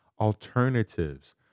alternatives